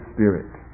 Spirit